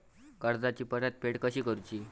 कर्जाची परतफेड कशी करुची?